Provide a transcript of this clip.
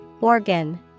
Organ